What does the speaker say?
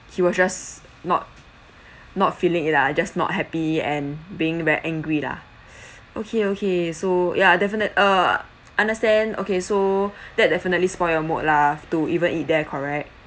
he was just not not feeling it ah just not happy and being very angry lah okay okay so ya definite err understand okay so that definitely spoiled your mood lah to even eat there correct